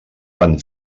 van